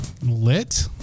lit